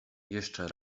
jeszcze